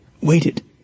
Waited